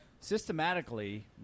Systematically